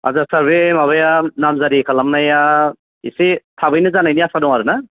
आतसा सार बे माबाया नाम जारि खालामनाया एसे थाबैनो जानायनि आसा दं आरो ना